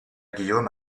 guillaume